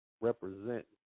Represent